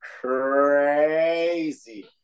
crazy